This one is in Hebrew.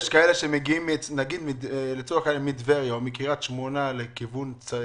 יש אנשים שמגיעים מטבריה או מקריית שמונה דרומה,